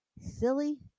Silly